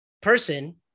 person